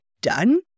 done